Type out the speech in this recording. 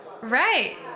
right